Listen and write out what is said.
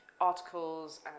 articles